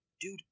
dude